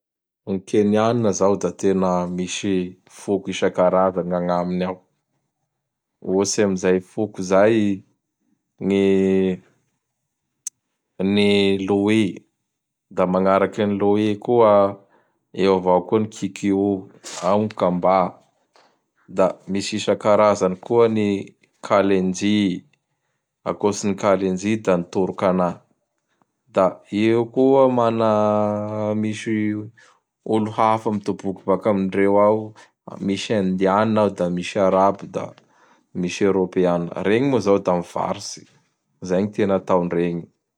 Ny kenianina zao da tena misy foko isan-karazany agnaminy ao. Ohatsy amzay fok o izay, gny ny Loy, da magnaraky gn Loy koa, eo avao koa ny Kikiô, ao gn Kamba. Da misy isa-karazany koa gny Kalenjy. Akôtsin'ny Kalenjy da ny Tôrkana. Da eo koa mana misy olo hafa mitoboky baka amindreo ao. Misy Indianina ao da misy Arabo da misy Eropeanina. Regny moa zao mivarotsy, zay gny tena ataon regny.